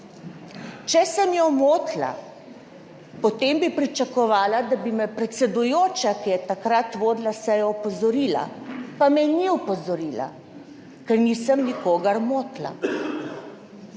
Če sem jo motila, potem bi pričakovala, da bi me predsedujoča, ki je takrat vodila sejo, opozorila, pa me ni opozorila, ker nisem nikogar motila.